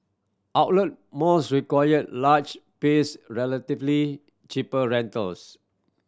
outlet malls require large pace relatively cheaper rentals